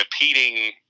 repeating